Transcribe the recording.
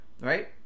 Right